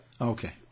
Okay